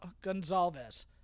Gonzalez